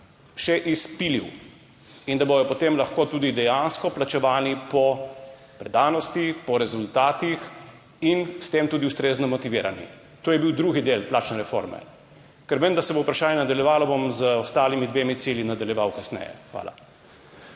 še izpilil, in da bodo potem lahko tudi dejansko plačevani po predanosti, po rezultatih. In s tem tudi ustrezno motivirani. To je bil drugi del plačne reforme. Ker vem, da se bo vprašanje nadaljevalo, bom z ostalimi dvema ciljema nadaljeval kasneje. Hvala.